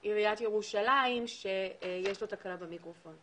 המשפטי לעיריית ירושלים שיש לו תקלה במיקרופון.